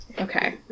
okay